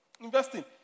investing